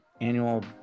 annual